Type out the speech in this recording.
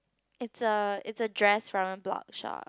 it's a it's a dress from a blog shop